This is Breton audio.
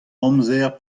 amzer